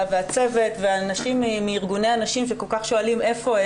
הצוות והנשים מארגוני הנשים ששואלים היכן הם